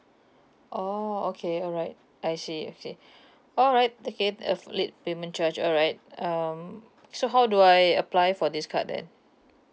oh okay alright I see okay alright ticket of late payment charge alright um so how do I apply for this card then